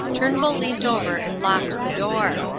turnbull leant over and locked the door.